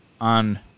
on